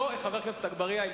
חבר הכנסת אגבאריה,